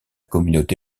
communauté